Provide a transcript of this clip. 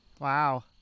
Wow